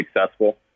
successful